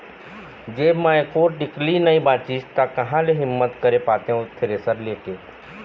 जेब म एको टिकली नइ बचिस ता काँहा ले हिम्मत करे पातेंव थेरेसर ले के